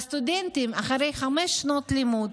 והסטודנטים, אחרי חמש שנות לימוד